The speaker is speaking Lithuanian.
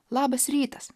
labas rytas